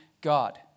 God